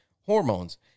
hormones